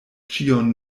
ĉion